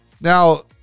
Now